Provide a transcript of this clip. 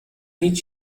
هیچ